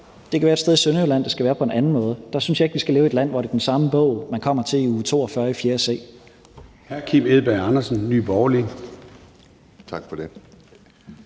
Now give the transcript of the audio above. det kan være, at det et sted i Sønderjylland skal være på en anden måde. Der synes jeg ikke, vi skal leve i et land, hvor det er den samme bog, man kommer til i uge 42 i 4. c. Kl. 14:42 Formanden (Søren Gade):